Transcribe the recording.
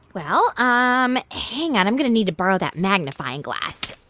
well, um hang on i'm going to need to borrow that magnifying glass.